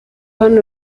hano